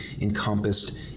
encompassed